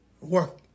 Work